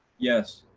yes.